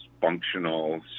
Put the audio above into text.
functional